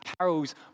Carols